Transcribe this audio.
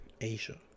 Asia